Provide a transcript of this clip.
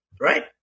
right